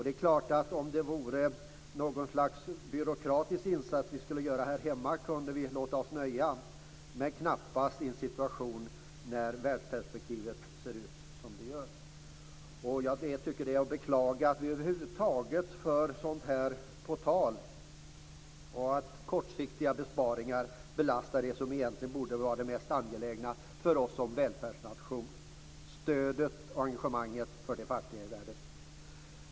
Det är klart att om det vore något slags byråkratisk insats vi skulle göra här hemma kunde vi låta oss nöja, men det kan vi knappast göra i en situation där världsperspektivet ser ut som det gör. Jag tycker att det är att beklaga att vi över huvud taget för sådant här på tal, och att kortsiktiga besparingar belastar det som egentligen borde vara det mest angelägna för oss som välfärdsnation; stödet och engagemanget för de fattiga i världen.